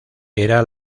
era